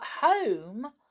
home